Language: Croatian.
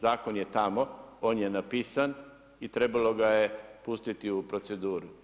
Zakon je tamo on je napisan i trebalo ga je pustiti u proceduru.